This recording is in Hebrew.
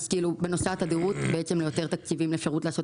בנושא התדירות צריכים יותר תקציבים כדי להוציא